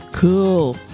Cool